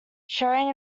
sharing